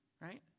right